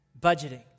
budgeting